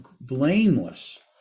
blameless